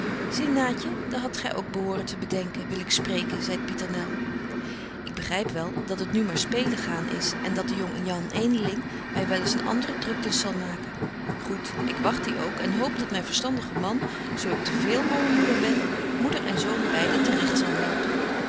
zie naatje dat hadt gy ook behoren te bedenken wil ik spreken zeit pieternel ik begryp wel dat het nu maar spelen gaan is en dat de jonge jan edeling my wel eens andre druktens zal maken goed ik wagt die ook en hoop dat myn verstandige man zo ik te véél malle moeder ben moeder en zoon beide te recht zal helpen